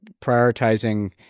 prioritizing